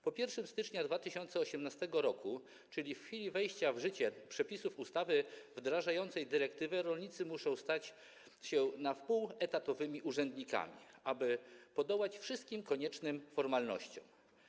Po 1 stycznia 2018 r., czyli w chwili wejścia w życie przepisów ustawy wdrażającej dyrektywę, rolnicy muszą stać się na wpół etatowymi urzędnikami, aby podołać wszystkim koniecznym formalnościom.